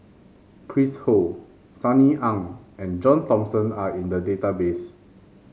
Chris Ho Sunny Ang and John Thomson are in the database